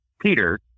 Peter